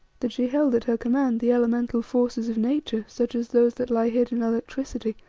that she held at her command the elemental forces of nature, such as those that lie hid in electricity,